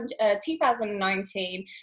2019